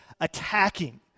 attacking